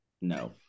no